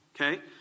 Okay